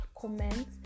comment